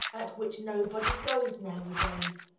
at which nobody goes nowadays.